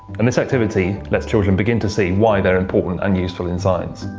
and this activity lets children begin to see why they are important and useful in science.